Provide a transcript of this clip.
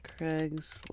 craigslist